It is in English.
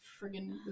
friggin